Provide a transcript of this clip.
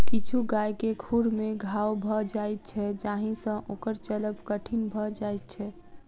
किछु गाय के खुर मे घाओ भ जाइत छै जाहि सँ ओकर चलब कठिन भ जाइत छै